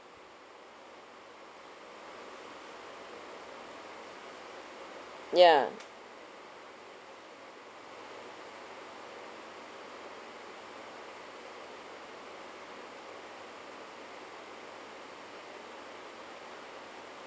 ya